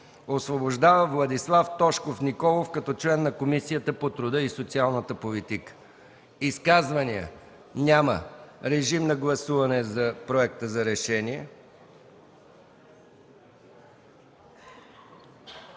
Освобождава Владислав Тошков Николов като член на Комисията по труда и социалната политика.” Изказвания? Няма. Моля, гласувайте проекта за решение.